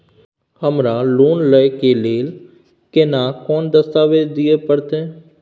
हमरा लोन लय के लेल केना कोन दस्तावेज दिए परतै?